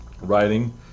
writing